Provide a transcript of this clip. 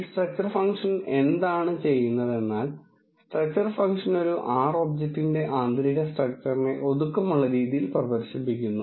ഈ structure function എന്താണ് ചെയ്യുന്നതെന്നാൽ സ്ട്രക്ചർ ഫംഗ്ഷൻ ഒരു R ഒബ്ജക്റ്റിന്റെ ആന്തരിക സ്ട്രക്ച്ചറിനെ ഒതുക്കമുള്ള രീതിയിൽ പ്രദർശിപ്പിക്കുന്നു